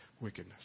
wickedness